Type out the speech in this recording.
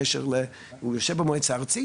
הוא יושב במועצה הארצית